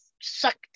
sucked